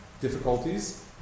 difficulties